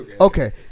okay